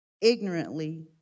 ignorantly